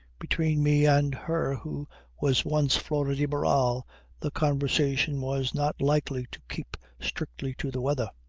between me and her who was once flora de barral the conversation was not likely to keep strictly to the weather.